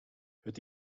het